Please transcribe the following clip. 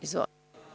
Izvolite.